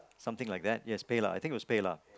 something like that yes PayLah I think it was PayLah